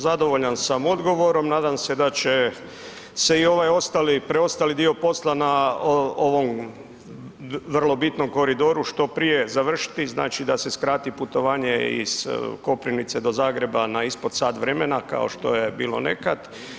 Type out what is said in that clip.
Zadovoljan sam odgovorom, nadam se da će se i ovaj ostali, preostali dio posla na ovom vrlo bitnom koridoru što prije završiti, znači da se skrati putovanje iz Koprivnice do Zagreba na ispod sat vremena kao što je bilo nekad.